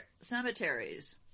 cemeteries